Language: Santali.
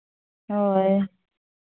ᱦᱳᱭ